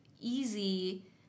easy